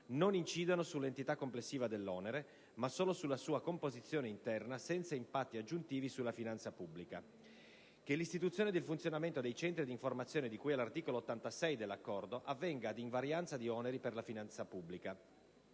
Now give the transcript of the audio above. non incidano sull'entità complessiva dell'onere, ma solo sulla sua composizione interna, senza impatti aggiuntivi sulla finanza pubblica; - che l'istituzione ed il funzionamento dei centri di informazione di cui all'articolo 86 dell'Accordo avvenga ad invarianza di oneri per la finanza pubblica;